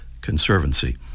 Conservancy